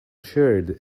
shared